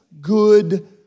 good